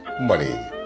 money